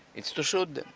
it's to shoot them.